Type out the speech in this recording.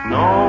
no